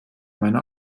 meine